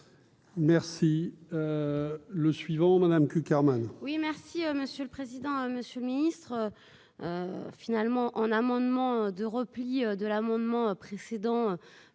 Merci le suivant Madame Cukierman. Oui, merci Monsieur le président, Monsieur le Ministre finalement en amendement de repli de l'amendement précédent